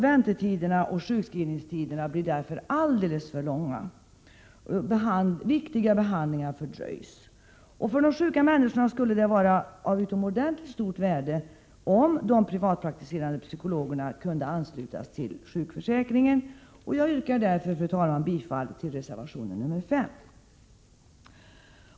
Väntetiderna och sjukskrivningstiderna blir därför alldeles för långa, och viktiga behandlingar fördröjs. För de sjuka människorna skulle det vara av utomordentligt stort värde om de privatpraktiserande psykologerna kunde anslutas till sjukförsäkringen. Jag yrkar därför, fru talman, bifall till reservation nr 5.